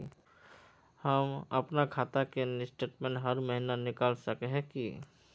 हम अपना खाता के स्टेटमेंट हर महीना निकल सके है की?